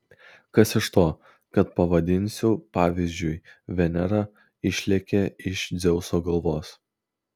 kas iš to kad pavadinsiu pavyzdžiui venera išlėkė iš dzeuso galvos